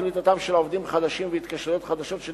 קליטתם של עובדים חדשים והתקשרויות חדשות של